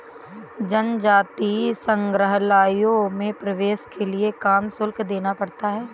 जनजातीय संग्रहालयों में प्रवेश के लिए काम शुल्क देना पड़ता है